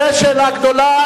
זו שאלה גדולה.